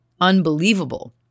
unbelievable